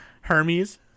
Hermes